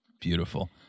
Beautiful